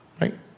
Right